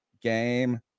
game